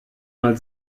mal